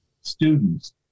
students